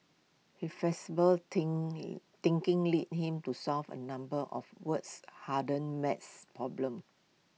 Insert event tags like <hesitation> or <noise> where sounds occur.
he flexible think <hesitation> thinking lead him to solve A number of world's harden maths problems